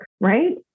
right